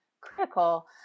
critical